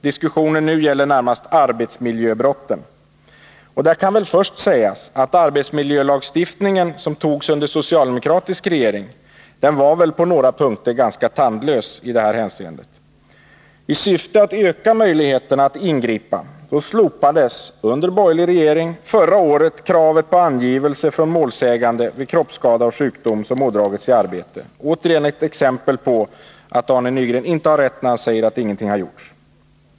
Diskussionen nu gäller närmast arbetsmiljöbrotten. Där kan väl först sägas att arbetsmiljölagstiftningen, som antogs under en socialdemokratisk regering, på några punkter var ganska tandlös i det här hänseendet. I syfte att öka möjligheterna att ingripa slopades under borgerlig regering förra året kravet på angivelse från målsägande vid kroppsskada eller sjukdom som ådragits i arbetet. Det är återigen ett exempel på att Arne Nygren inte har rätt när han säger att ingenting har gjorts.